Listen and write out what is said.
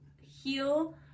heal